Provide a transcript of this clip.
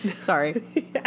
Sorry